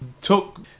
took